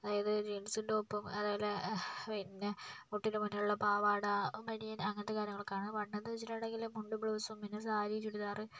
അതായത് ജീൻസും ടോപ്പും അതേപോലെ പിന്നെ മുട്ടിന് മുന്നിലുള്ള പാവാട ബനിയൻ അങ്ങനത്തെ കാര്യങ്ങളൊക്കെയാണ് പണ്ടെന്ന് വെച്ചിട്ടുണ്ടെങ്കില് മുണ്ടും ബ്ലൗസും പിന്നെ സാരി ചുരിദാറ്